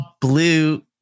blue